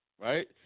right